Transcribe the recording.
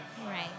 Right